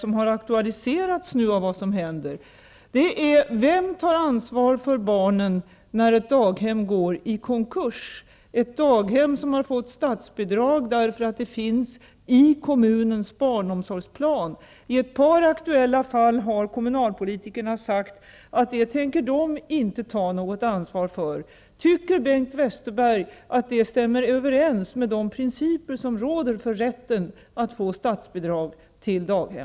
Den har aktualiserats av vad som nu händer: Vem tar ansvar för barnen när ett daghem går i konkurs, ett daghem som har fått statsbidrag därför att det finns med i kommunens barnomsorgsplan? I ett par aktuella fall har kommunalpolitikerna sagt att det tänker de inte ta något ansvar för. Tycker Bengt Westerberg att det stämmer överens med de principer som råder för rätten att få statsbidrag till daghem?